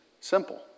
simple